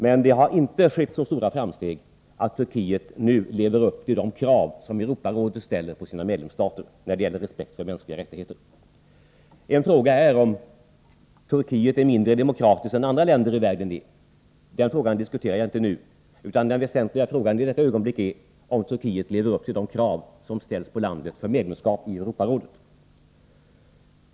Men det har inte gjorts så stora framsteg att Turkiet nu lever upp till de krav som Europarådet ställer på sina medlemsstater när det gäller respekt för mänskliga rättigheter. En fråga är om Turkiet är mindre demokratiskt än andra länder i världen. Den frågan diskuterar jag inte nu. Den väsentliga frågan i detta ögonblick är om Turkiet lever upp till de krav som ställs på landet för medlemskap i Europarådet.